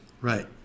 Right